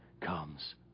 comes